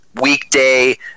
weekday